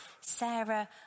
Sarah